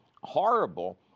horrible